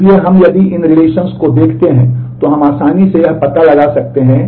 इसलिए यदि हम इन रिलेशन्स है